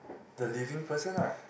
the living person ah